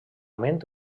ment